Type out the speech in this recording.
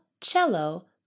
cello